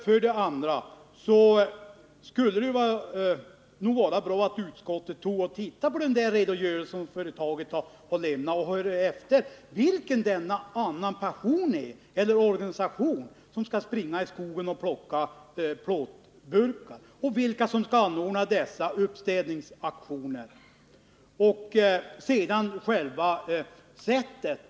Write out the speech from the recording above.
För det andra skulle det vara bra om utskottet ville granska den redogörelse som företaget för tillverkning av aluminiumburkar har lämnat och höra efter vilka dessa andra personer eller organisationer är som skall ordna uppstädningsaktioner i skogen då man skall plocka upp plåtburkar.